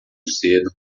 cedo